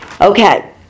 Okay